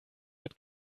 wird